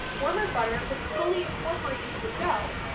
warmer butter would fully incorporate into the dough.